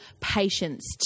patience